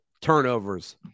turnovers